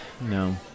No